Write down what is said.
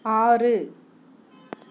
ஆறு